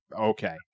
okay